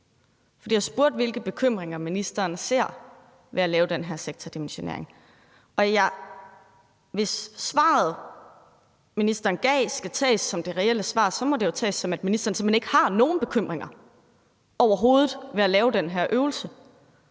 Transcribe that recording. jeg spurgte, hvilke bekymringer ministeren ser ved at lave den her sektordimensionering. Hvis svaret, ministeren gav, skal tages som det reelle svar, må det jo tages, som at ministeren ikke har nogen bekymringer overhovedet ved at lave den her øvelse,